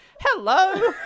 hello